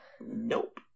Nope